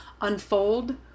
unfold